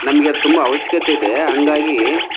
ನಮಗೆ ಅದು ತುಂಬ ಅವಶ್ಯಕತೆ ಇದೆ ಹಾಗಾಗಿ